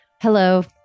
Hello